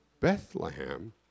bethlehem